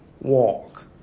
walk